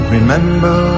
Remember